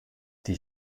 die